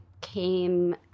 came